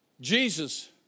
Jesus